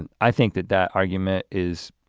and i think that that argument is